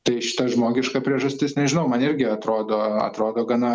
tai šita žmogiška priežastis nežinau man irgi atrodo atrodo gana